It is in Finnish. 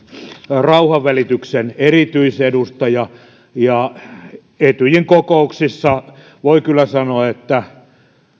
rauhanvälityksen erityisedustaja ja etyjin kokouksissa voi kyllä sanoa että